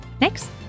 Next